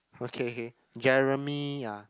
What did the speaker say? okay Jeremy ah